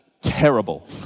Terrible